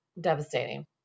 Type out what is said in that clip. devastating